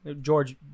George